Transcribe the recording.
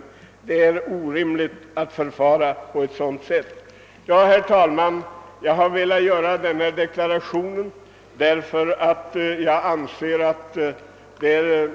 Jag har, herr talman, velat göra denna deklaration.